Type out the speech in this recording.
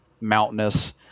mountainous